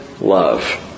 love